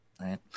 Right